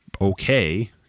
okay